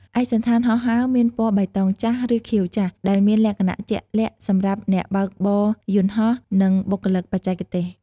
ឯកសណ្ឋានហោះហើរមានពណ៌បៃតងចាស់ ឬខៀវចាស់ ដែលមានលក្ខណៈជាក់លាក់សម្រាប់អ្នកបើកបរយន្តហោះ និងបុគ្គលិកបច្ចេកទេស។